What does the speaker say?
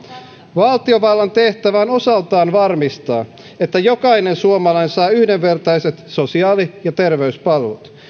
valtiovallan tehtävä on osaltaan varmistaa että jokainen suomalainen saa yhdenvertaiset sosiaali ja terveyspalvelut